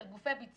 שהם גופי ביצוע,